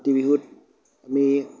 কাতি বিহুত আমি